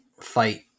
fight